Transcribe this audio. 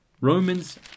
Romans